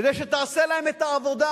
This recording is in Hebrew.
כדי שתעשה להם את העבודה.